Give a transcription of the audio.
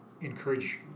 encourage